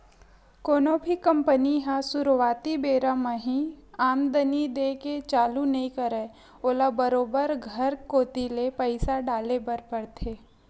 कोनो भी कंपनी ह सुरुवाती बेरा म ही आमदानी देय के चालू नइ करय ओला बरोबर घर कोती ले पइसा डाले बर परथे